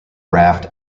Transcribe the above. raft